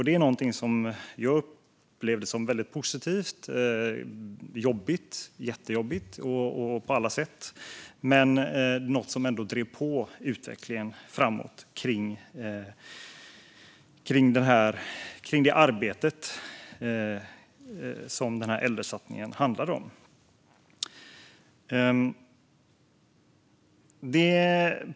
Det var något jag upplevde som positivt trots att det var jättejobbigt, och det drev utvecklingen och arbetet med äldresatsningen framåt.